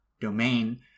domain